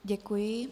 Děkuji.